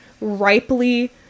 ripely